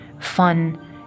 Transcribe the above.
fun